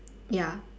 ya